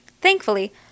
Thankfully